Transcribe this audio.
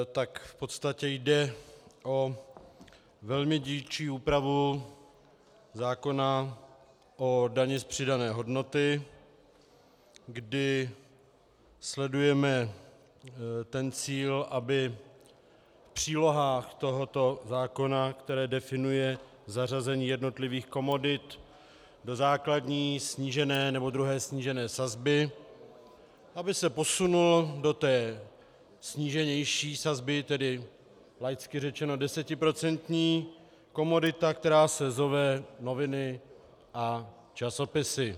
V podstatě jde o velmi dílčí úpravu zákona o dani z přidané hodnoty, kdy sledujeme cíl, aby v přílohách tohoto zákona, které definují zařazení jednotlivých komodit do základní snížené nebo druhé snížené sazby, aby se posunul do té sníženější sazby, tedy laicky řečeno desetiprocentní, komodita, která se zove noviny a časopisy.